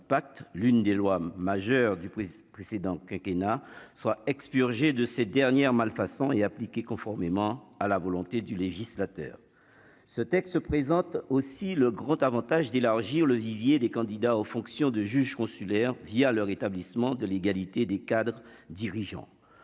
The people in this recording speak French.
l'une des lois majeures du Preez précédent quinquennat soit expurgé de ces dernières malfaçons et appliquées conformément à la volonté du législateur, ce texte se présente aussi le grand Avantage d'élargir le vivier des candidats aux fonctions de juge consulaire via le rétablissement de l'égalité des cadres dirigeants,